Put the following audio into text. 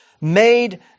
made